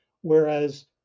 whereas